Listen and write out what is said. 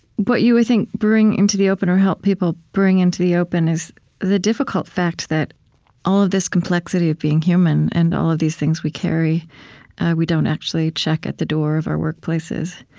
what you, i think, bring into the open, or help people bring into the open, is the difficult fact that all of this complexity of being human and all these things we carry we don't actually check at the door of our work places.